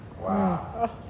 Wow